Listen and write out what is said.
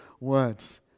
words